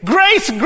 Grace